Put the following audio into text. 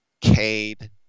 Cade